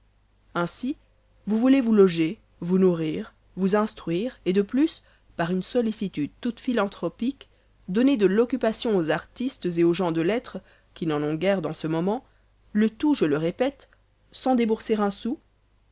ainsi vous voulez vous loger vous nourrir vous instruire et de plus par une sollicitude toute philantropique donner de l'occupation aux artistes et aux gens de lettres qui n'en ont guère dans ce moment le tout je le répète sans débourser un sou